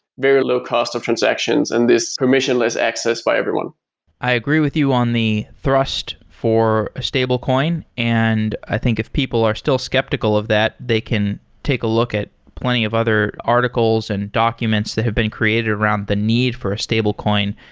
very low-cost of transactions and this permissionless access by everyone i agree with you on the thrust for a stablecoin. and i think if people are still skeptical of that, they can take a look at plenty of other articles and documents that have been created around the need for a stablecoin.